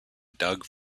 doug